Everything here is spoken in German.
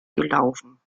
gelaufen